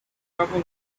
couple